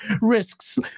risks